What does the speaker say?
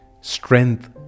strength